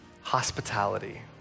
hospitality